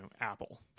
apple